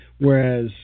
Whereas